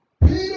Peter